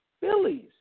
Phillies